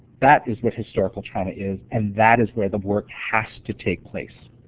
that is what historical trauma is and that is where the work has to take place.